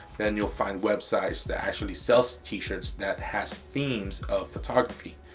then you'll find websites that actually sells t-shirts that has themes of photography.